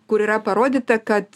kur yra parodyta kad